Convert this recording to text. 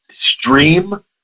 stream